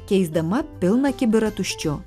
keisdama pilną kibirą tuščiu